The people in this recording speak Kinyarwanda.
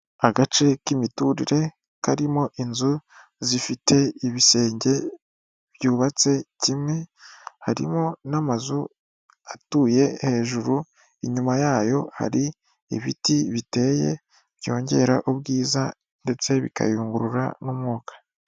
Agace k'imiturire karimo inzu zifite ibisenge byubatse kimwe. Harimo n'amazu atuye hejuru, inyuma yayo hari ibiti biteye byongera ubwiza ndetse bikayungurura n'umwuka.